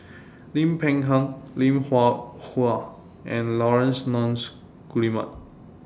Lim Peng Han Lim Hwee Hua and Laurence Nunns Guillemard